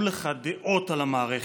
מותר שיהיו לך דעות על המערכת,